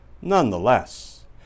nonetheless